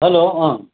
hello अँ